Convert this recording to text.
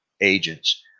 agents